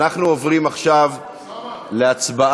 אנחנו עוברים עכשיו להצבעה